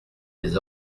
des